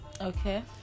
Okay